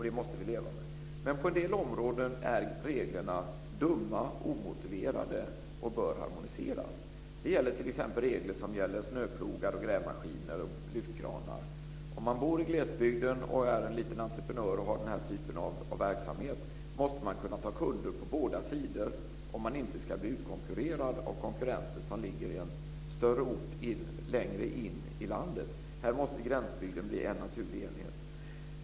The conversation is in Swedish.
Det måste vi leva med. Men på en del områden är reglerna dumma och omotiverade och bör harmoniseras. Det gäller t.ex. regler för snöplogar, grävmaskiner och lyftkranar. Om man bor i glesbygden och är en liten entreprenör med den här typen av verksamhet måste man kunna ta kunder på båda sidor om gränsen om man inte ska bli utkonkurrerad av konkurrenter som ligger i en större ort längre in i landet. Här måste gränsbygden bli en naturlig enhet.